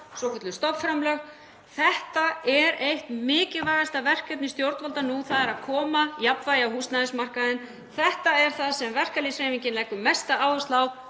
svokölluð stofnframlög. Þetta er eitt mikilvægasta verkefni stjórnvalda nú, þ.e. að koma jafnvægi á húsnæðismarkaðinn. Þetta er það sem verkalýðshreyfingin leggur mesta áherslu